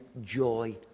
joy